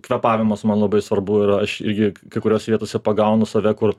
kvėpavimas man labai svarbu yra aš irgi kai kuriose vietose pagaunu save kur